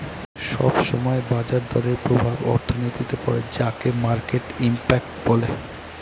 সব সময় বাজার দরের প্রভাব অর্থনীতিতে পড়ে যাকে মার্কেট ইমপ্যাক্ট বলে